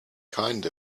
kind